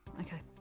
Okay